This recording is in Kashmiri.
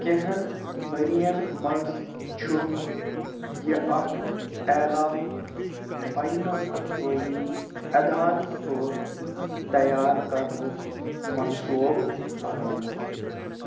کیٚہَن ؤری یَن منٛز چھُ یہِ اَکھ اعلا باینَل اقوٲمی اِدارٕکۍ پٲٹھۍ تیار کَرٕنُک منصوٗبہٕ بنیٛومُت